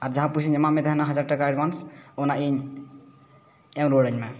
ᱟᱨ ᱡᱟᱦᱟᱸ ᱯᱩᱭᱥᱟᱹᱧ ᱮᱢᱟᱜ ᱢᱮ ᱛᱟᱦᱮᱱᱟ ᱦᱟᱡᱟᱨ ᱴᱟᱠᱟ ᱮᱰᱵᱷᱟᱱᱥ ᱚᱱᱟ ᱤᱧ ᱮᱢ ᱨᱩᱣᱟᱹᱲᱟᱹᱧ ᱢᱮ